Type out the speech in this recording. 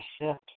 shift